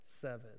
seven